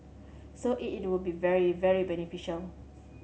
so it it will be very very beneficial